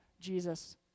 Jesus